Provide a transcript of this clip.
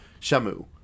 Shamu